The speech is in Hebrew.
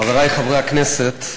חברי חברי הכנסת,